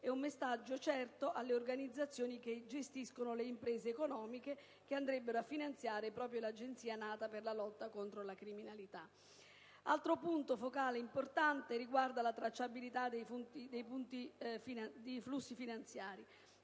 e un messaggio certo alle organizzazioni che gestiscono le imprese economiche che andrebbero a finanziare proprio l'Agenzia nata per la lotta contro la criminalità. Altro punto focale importante riguarda la tracciabilità dei flussi finanziari.